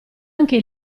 anche